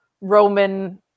Roman